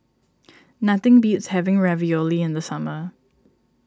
nothing beats having Ravioli in the summer